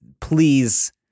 please